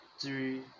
three